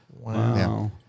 Wow